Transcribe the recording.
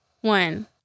one